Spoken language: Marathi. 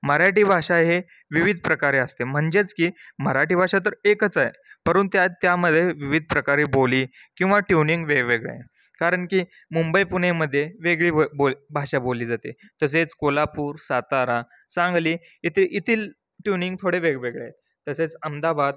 मराठी भाषा हे विविध प्रकारे असते म्हणजेच की मराठी भाषा तर एकच आहे परंतु त्या त्यामध्ये विविध प्रकारे बोली किंवा ट्युनिंग वेगवेगळे कारण की मुंबई पुणेमध्ये वेगळी ब बोल भाषा बोलली जाते तसेच कोल्हापूर सातारा सांगली इथे येथील ट्युनिंग थोडे वेगवेगळे तसेच अहमदाबाद